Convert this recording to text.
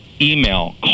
email